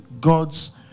God's